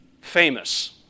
famous